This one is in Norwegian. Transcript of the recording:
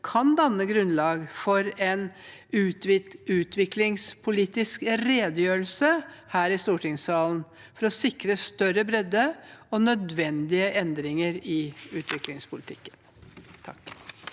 kan danne grunnlag for en utviklingspolitisk redegjørelse her i stortingssalen, for å sikre større bredde og nødvendige endringer i utviklingspolitikken.